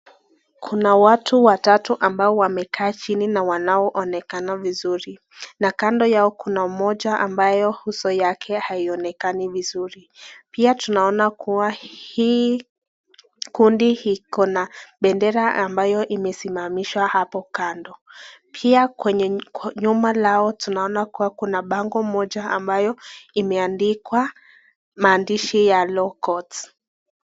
Kuna watu watatu ambao wamekaa chini na wanaonekana vizuri na kando yao kuna mmoja ambayo uso haionekani vizuri. Pia tunaona kuwa hii kundi ikona bendera ambayo imesimamishwa hapo kando. Pia kwenye nyuma lao tunaona kuwa kuna bango moja ambayo imeandikwa maandishi ya Law Courts .